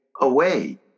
away